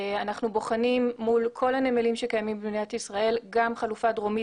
אנחנו בוחנים מול כל הנמלים שקיימים במדינת ישראל גם חלופה דרומית